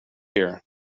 here